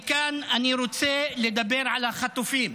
מכאן אני רוצה לדבר על החטופים,